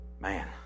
Man